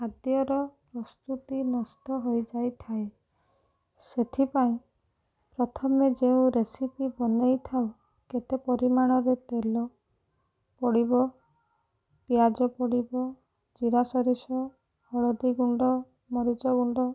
ଖାଦ୍ୟର ପ୍ରସ୍ତୁତି ନଷ୍ଟ ହୋଇଯାଇଥାଏ ସେଥିପାଇଁ ପ୍ରଥମେ ଯେଉଁ ରେସିପି ବନେଇଥାଉ କେତେ ପରିମାଣରେ ତେଲ ପଡ଼ିବ ପିଆଜ ପଡ଼ିବ ଜିରା ସୋରିଷ ହଳଦୀ ଗୁଣ୍ଡ ମରିଚ ଗୁଣ୍ଡ